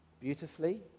Beautifully